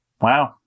wow